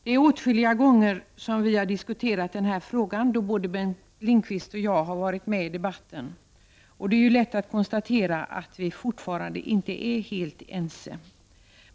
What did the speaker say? Den här frågan har diskuterats åtskilliga gånger när både Bengt Lindqvist och jag har varit med i debatten, och det är lätt att konstatera att vi fortfarande inte är helt ense.